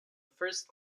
first